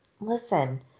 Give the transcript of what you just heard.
listen